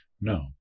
no